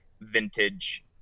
vintage